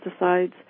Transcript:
pesticides